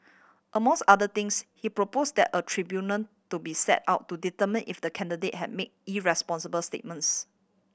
among other things he propose that a tribunal to be set out to determine if the candidate have made irresponsible statements